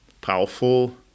powerful